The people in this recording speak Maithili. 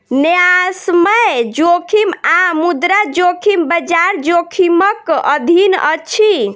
न्यायसम्य जोखिम आ मुद्रा जोखिम, बजार जोखिमक अधीन अछि